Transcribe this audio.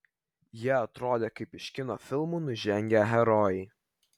jie atrodo kaip iš kino filmų nužengę herojai